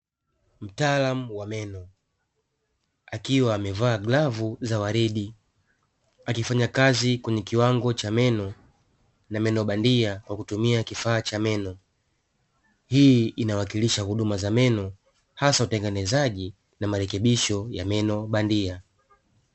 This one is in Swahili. Mtaalamu wa meno akiwa amevaa glavu za waridi akifanya kazi kwenye kiwango cha meno, na meno bandia kwa kutumia kifaa cha meno, hii inawakilisha huduma za meno hasa utengenezaji na marekebisho ya meno bandia.